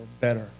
better